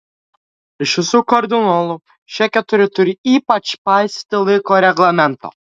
iš visų kardinolų šie keturi turi ypač paisyti laiko reglamento